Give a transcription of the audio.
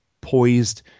poised